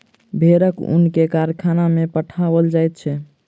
भेड़क ऊन के कारखाना में पठाओल जाइत छै